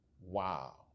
Wow